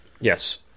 Yes